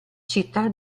città